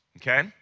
Okay